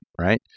right